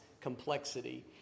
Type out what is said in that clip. complexity